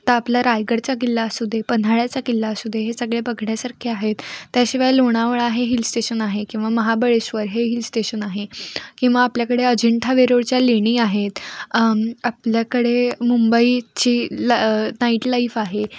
आता आपला रायगडचा किल्ला असू दे पन्हाळ्याचा किल्ला असू दे हे सगळे बघण्यासारखे आहेत त्याशिवाय लोणावळा हे हिल स्टेशन आहे किंवा महाबळेश्वर हे हिल स्टेशन आहे किंवा आपल्याकडे अजिंठा वेरोळच्या लेणी आहेत आपल्याकडे मुंबईची ला नाईट लाईफ आहे